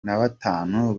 nabatanu